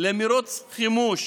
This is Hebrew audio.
למרוץ חימוש